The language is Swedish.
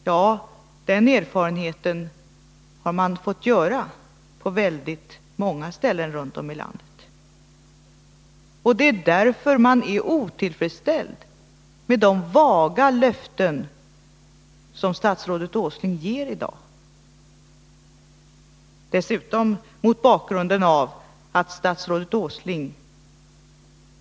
Ja, den erfarenheten har man fått göra på väldigt många ställen runt om i landet, och det är därför som man är otillfredsställd med de vaga löften som statsrådet Åsling ger i dag. Statsrådet Åsling lovade dessutom — såsom jag har påpekat och som även K.-G.